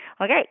Okay